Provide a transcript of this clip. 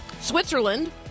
Switzerland